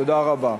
תודה רבה.